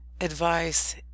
advice